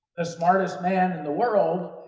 the smartest man in the world,